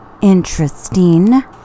interesting